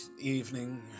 evening